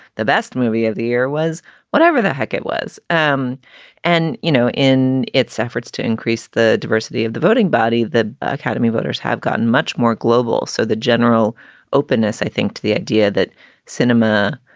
the best movie of the year was whatever the heck it was. um and you know, in its efforts to increase the diversity of the voting body, the academy voters have gotten much more global. so the general openness, i think, to the idea that cinema.